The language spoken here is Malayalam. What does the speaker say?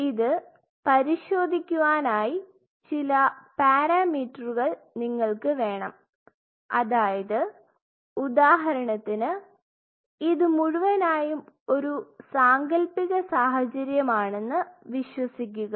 ഇത് പരിശോധിക്കുവാൻ ആയി ചില പാരാമീറ്ററുകൾ നിങ്ങൾക്ക് വേണം അതായത് ഉദാഹരണത്തിന് ഇത് മുഴുവനായും ഒരു സാങ്കല്പിക സാഹചര്യമാണെന്നു വിശ്വസിക്കുക